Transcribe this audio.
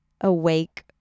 awake